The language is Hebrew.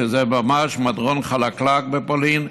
שזה ממש מדרון חלקלק בפולין,